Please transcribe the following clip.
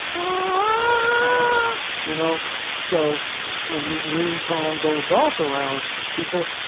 um ah you know so when this ringtone goes off around people,